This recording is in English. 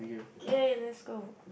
ya ya let's go